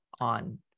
on